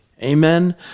Amen